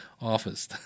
office